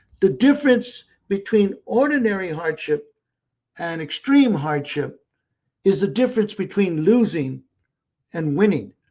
the difference between ordinary hardship and extreme hardship is a difference between losing and winning.